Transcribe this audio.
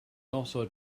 also